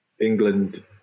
England